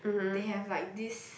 they have like this